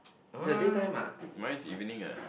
uh mine is evening ah